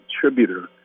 contributor